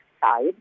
side